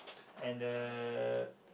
and